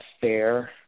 fair